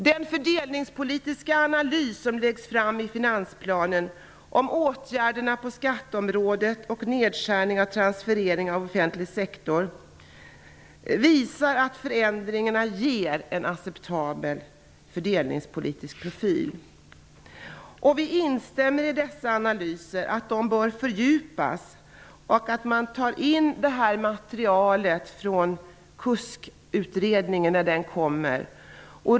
Den fördelningspolitiska analys som läggs fram i finansplanen om åtgärder på skatteområdet och nedskärningar i transfereringar i offentlig sektor visar att förändringarna ger en acceptabel fördelningspolitisk profil. Vi instämmer i analyserna, att de bör fördjupas och att man skall ta in materialet från KUSK utredningen, när det kommer.